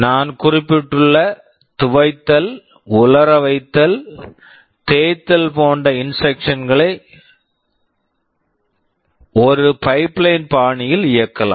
நான் குறிப்பிட்டுள்ள துவைத்தல் உலர வைத்தல் தேய்த்தல் போன்ற இன்ஸ்ட்ரக்க்ஷன்ஸ் instructions களை ஒரு பைப்லைன் pipeline பாணியில் இயக்கலாம்